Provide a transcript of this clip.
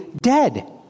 dead